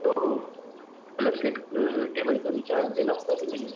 तो मतलब seat table का भी चार्ज देना होगा कि नहीं